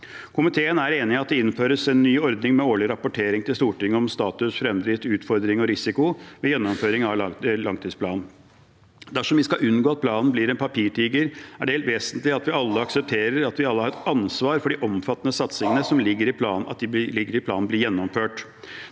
Komiteen er enig i at det skal innføres en ny ordning med årlig rapportering til Stortinget om status, fremdrift, utfordring og risiko ved gjennomføring av langtidsplanen. Dersom vi skal unngå at planen blir en papirtiger, er det helt vesentlig at vi alle aksepterer at vi alle har et ansvar for at de omfattende satsingene som ligger i planen, blir gjennomført.